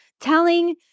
telling